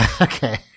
Okay